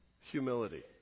humility